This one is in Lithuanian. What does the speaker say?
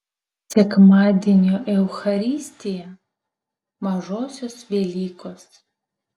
sekmadienio eucharistija mažosios velykos